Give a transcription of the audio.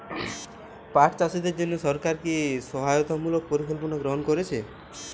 পাট চাষীদের জন্য সরকার কি কি সহায়তামূলক পরিকল্পনা গ্রহণ করেছে?